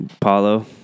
Paulo